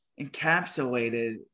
encapsulated